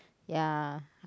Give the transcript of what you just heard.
ya